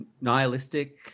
nihilistic